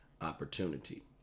opportunity